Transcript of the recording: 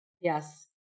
yes